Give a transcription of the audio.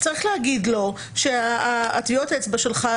צריך להגיד לו שטביעות האצבע שלו,